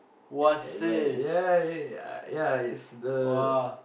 but ya ya ya uh ya it's the